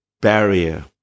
barrier